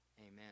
Amen